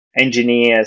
engineers